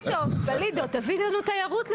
הכי טוב, בלידו, תביא לנו תיירות.